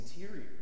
interior